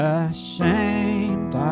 ashamed